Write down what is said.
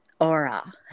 aura